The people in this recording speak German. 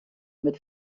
mit